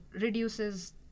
reduces